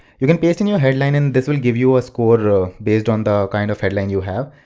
you can paste and your headline and this will give you a score ah based on the kind of headline you have.